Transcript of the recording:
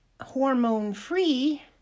Hormone-free